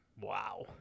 Wow